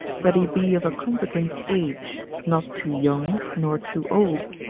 that he be of a competent age, not too young, nor too old,